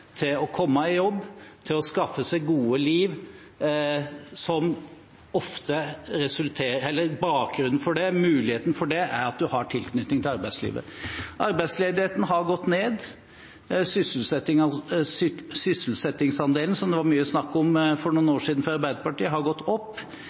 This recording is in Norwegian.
til å komme i jobb og til å skaffe seg gode liv. Bakgrunnen for det, muligheten for det, er at man har tilknytning til arbeidslivet. Arbeidsledigheten har gått ned, sysselsettingsandelen, som det var mye snakk om for noen